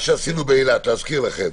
מה שעשינו באילת, להזכיר לכם.